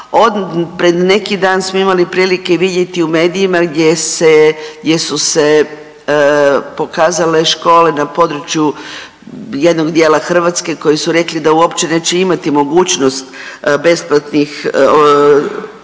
Pred neki dan smo imali prilike vidjeti u medijima gdje su se pokazale škole na području jednog dijela Hrvatske koji su rekli da uopće neće imati mogućnost besplatnih obroka